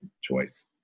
choice